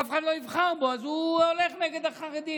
אף אחד לא יבחר בו, אז הוא הולך נגד החרדים.